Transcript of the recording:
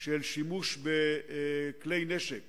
של שימוש בכלי נשק